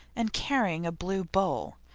and carrying a blue bowl.